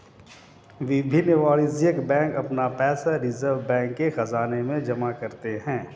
विभिन्न वाणिज्यिक बैंक अपना पैसा रिज़र्व बैंक के ख़ज़ाने में जमा करते हैं